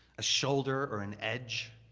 a shoulder or an edge,